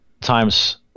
times